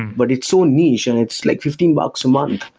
but it's so niche and it's like fifteen bucks a month.